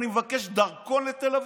אני מבקש דרכון לתל אביב.